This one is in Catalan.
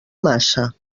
massa